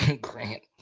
Grant